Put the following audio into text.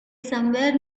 somewhere